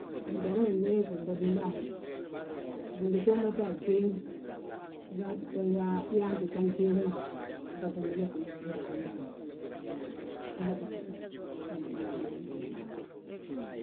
Njali ma binmegesi nɓabim bàa ma. Bingi too mo ta a jéeŋ, bigaa to yaanti ta jéeŋ ma, biga to megesi nɓabim bàa ma, ha be bingi ɓabti mo han bindan megesi hódin bàa ma.